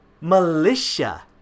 militia